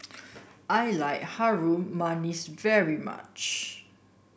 I like Harum Manis very much